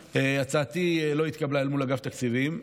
הצעתי לא התקבלה אל מול אגף התקציבים.